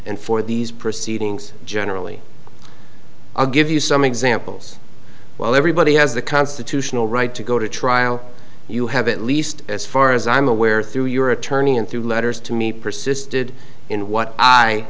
and for these proceedings generally i'll give you some examples well everybody has the constitutional right to go to trial you have at least as far as i'm aware through your attorney and through letters to me persisted in what i